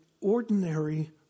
ordinary